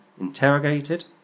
interrogated